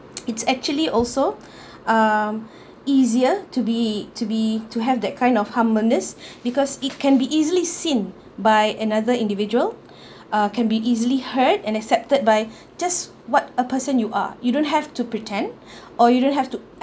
it's actually also uh easier to be to be to have that kind of harmonious because it can be easily seen by another individual uh can be easily hurt and accepted by just what a person you are you don't have to pretend or you didn't have to